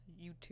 YouTube